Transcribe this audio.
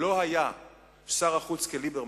לא היה שר חוץ כליברמן,